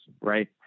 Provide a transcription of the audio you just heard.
right